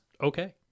okay